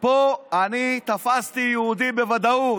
פה אני תפסתי יהודי בוודאות,